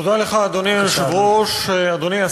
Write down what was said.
תודה לך, אדוני היושב-ראש, בבקשה, אדוני.